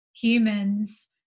humans